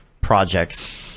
projects